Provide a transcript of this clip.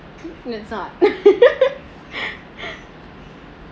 no it's not